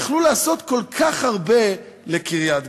יכלו לעשות כל כך הרבה לקריית-גת.